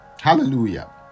hallelujah